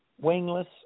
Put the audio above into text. wingless